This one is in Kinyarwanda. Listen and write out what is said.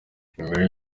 emery